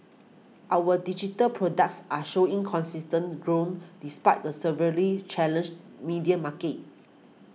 our digital products are showing consistent growth despite the severely challenged media market